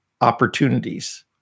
opportunities